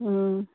ꯎꯝ